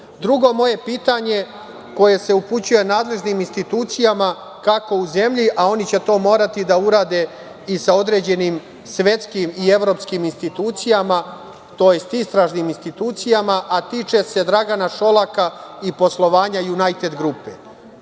moje pitanje koje se upućuje nadležnim institucijama, kako u zemlji, a oni će to morati da urade i sa određenim svetskim i evropskim institucijama, tj. istražnim institucijama, a tiče se Dragana Šolaka i poslovanja „Junajted grupe“.Ovih